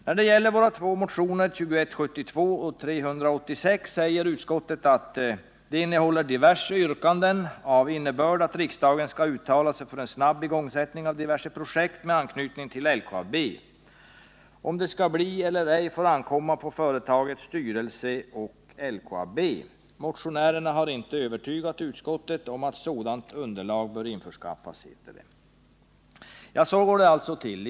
När det gäller våra två motioner, nr 2172 och 386, säger utskottet att de innehåller diverse yrkanden av innebörd att riksdagen skall uttala sig för en snabb igångsättning av diverse projekt med anknytning till LKAB. Om det skall bli så eller ej får ankomma på företagets styrelse och LKAB. ”Motionärerna har inte övertygat utskottet om att sådant underlag bör införskaffas”, heter det i utskottsbetänkandet. Så går det alltså till.